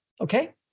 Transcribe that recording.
okay